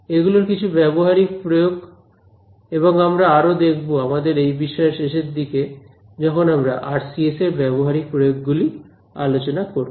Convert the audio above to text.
এগুলো কিছু ব্যবহারিক প্রয়োগ এবং আমরা আরো দেখবো আমাদের এই বিষয়ের শেষের দিকে যখন আমরা আরসিএস এর ব্যবহারিক প্রয়োগ গুলি আলোচনা করব